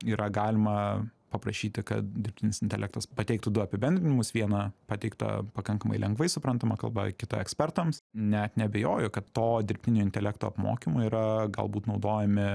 yra galima paprašyti kad dirbtinis intelektas pateiktų du apibendrinimus vieną pateiktą pakankamai lengvai suprantama kalba kitą ekspertams net neabejoju kad to dirbtinio intelekto apmokymui yra galbūt naudojami